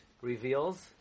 reveals